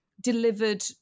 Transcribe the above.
delivered